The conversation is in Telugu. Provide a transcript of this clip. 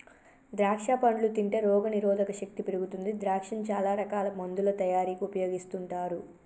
ద్రాక్షా పండ్లు తింటే రోగ నిరోధక శక్తి పెరుగుతుంది ద్రాక్షను చాల రకాల మందుల తయారీకి ఉపయోగిస్తుంటారు